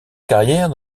carrière